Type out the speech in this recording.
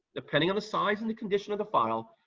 depending on the size and the condition of the file,